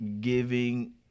giving